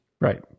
Right